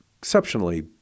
exceptionally